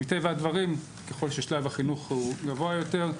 ומטבע הדברים, ככל ששלב החינוך הוא גבוה יותר,